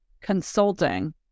consulting